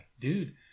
Dude